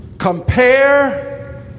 Compare